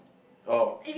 oh